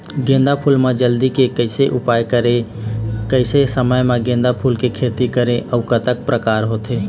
गेंदा फूल मा जल्दी के कैसे उपाय करें कैसे समय मा गेंदा फूल के खेती करें अउ कतेक प्रकार होथे?